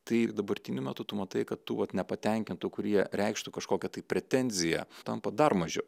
tai dabartiniu metu tu matai kad tų vat nepatenkintų kurie reikštų kažkokią tai pretenziją tampa dar mažiau